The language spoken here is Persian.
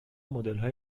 مدلهای